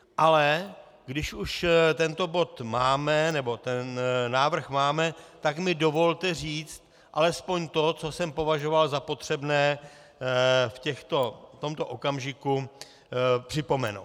Ale když už tento bod máme, nebo ten návrh máme, tak mi dovolte říct alespoň to, co jsem považoval za potřebné v tomto okamžiku připomenout.